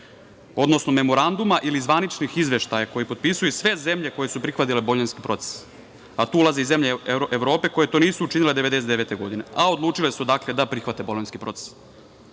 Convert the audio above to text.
odnosno memoranduma ili zvaničnih izveštaja koji potpisuju sve zemlje koje su prihvatile Bolonjski proces. Tu ulaze i zemlje Evrope koje to nisu učinile 1999. godine, a odlučile su da prihvate Bolonjski proces. Do